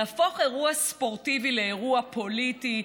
להפוך אירוע ספורטיבי לאירוע פוליטי,